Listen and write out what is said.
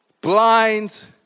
Blind